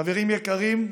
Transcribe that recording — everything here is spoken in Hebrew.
חברים יקרים,